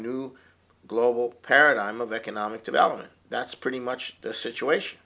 new global paradigm of economic development that's pretty much the situation